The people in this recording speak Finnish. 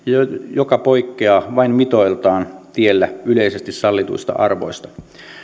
joka poikkeaa vain mitoiltaan tiellä yleisesti sallituista arvoista